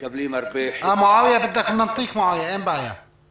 הרבה נדבקים והרבה אנשים שנדבקו במחלה במגזר הערבי,